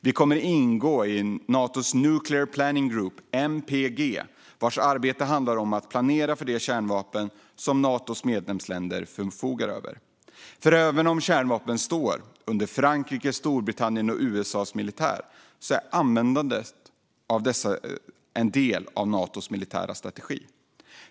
Vi kommer att ingå i Natos Nuclear Planning Group, NPG, vars arbete handlar om att planera för de kärnvapen som Natos medlemsländer förfogar över. Även om kärnvapnen står under Frankrikes, Storbritanniens och USA:s militärer är användandet av dessa en del i Natos militära strategi.